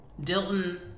Dilton